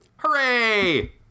Hooray